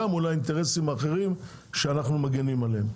מול האינטרסים האחרים שאנחנו מגינים עליהם,